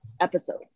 episode